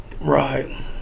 Right